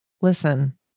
listen